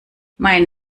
mein